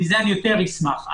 מזה יותר מאשמח.